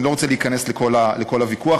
אני לא רוצה להיכנס לכל הוויכוח,